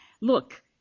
look